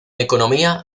economía